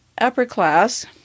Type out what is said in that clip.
upper-class